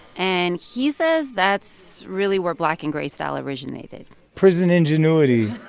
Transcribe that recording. and he says that's really where black-and-gray style originated prison ingenuity